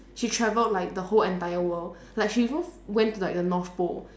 she travelled like the whole entire world like she even went to like the north pole